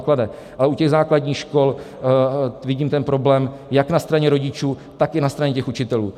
Ale u těch základních škol vidím ten problém jak na straně rodičů, tak i na straně učitelů.